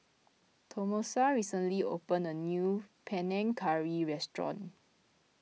Tomasa recently opened a new Panang Curry restaurant